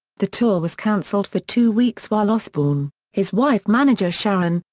the tour was cancelled for two weeks while osbourne, his wife manager sharon,